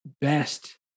best